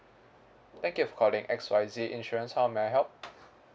thank you for calling X Y Z insurance how may I help